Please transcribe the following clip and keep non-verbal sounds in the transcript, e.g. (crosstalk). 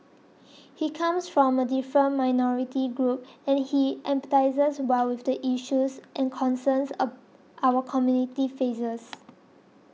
he comes from a different minority group and he empathises well with the issues and concerns (noise) our community faces